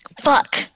Fuck